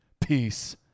Peace